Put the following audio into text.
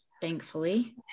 thankfully